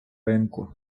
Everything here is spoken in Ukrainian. ринку